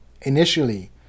initially